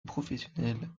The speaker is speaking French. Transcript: professionnels